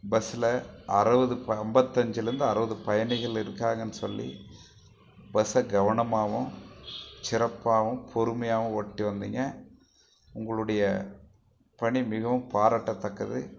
பஸ்ஸில் அறுவது ப ஐம்பத்தஞ்சிலந்து அறுவது பயணிகள் இருக்காங்கன்னு சொல்லி பஸ்ஸை கவனமாகவும் சிறப்பாகவும் பொறுமையாகவும் ஓட்டி வந்திங்க உங்களுடைய பணி மிகவும் பாராட்டத்தக்கது